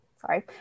sorry